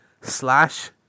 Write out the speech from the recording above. slash